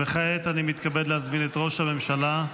כעת אני מתכבד להזמין את ראש הממשלה,